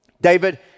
David